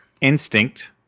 instinct